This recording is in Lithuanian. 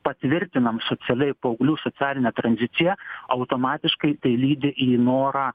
patvirtinam socialiai paauglių socialinę tranziciją automatiškai tai lydi į norą